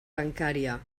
bancària